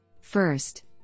First